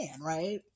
right